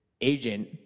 agent